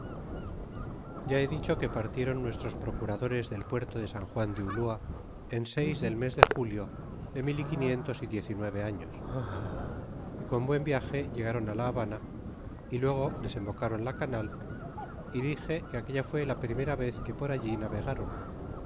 ya he dicho que partieron nuestros procuradores del puerto de san juan de ulua en seis del mes de julio de mil quinientos y diez y nueve años y con buen viage llegaron a la habana y luego desembocaron la canal é dixe que aquella fue la primera vez que por allí navegaron